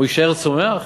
הוא יישאר צומח?